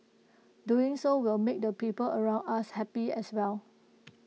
doing so will make the people around us happy as well